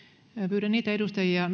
pyydän niitä edustajia